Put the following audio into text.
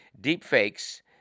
Deepfakes